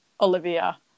Olivia